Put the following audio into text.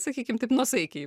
sakykim taip nuosaikiai